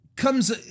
comes